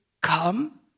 come